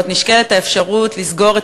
הזאת מחדש נשקלת האפשרות לסגור את